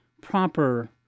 proper